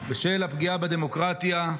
בשל הפגיעה בדמוקרטיה,